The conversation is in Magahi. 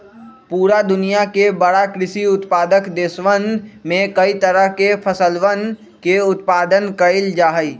पूरा दुनिया के बड़ा कृषि उत्पादक देशवन में कई तरह के फसलवन के उत्पादन कइल जाहई